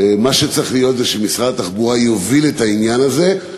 מה שצריך להיות זה שמשרד התחבורה יוביל את העניין הזה,